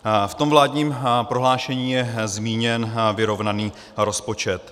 V tom vládním prohlášení je zmíněn vyrovnaný rozpočet.